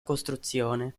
costruzione